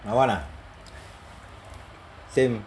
mine [one] ah same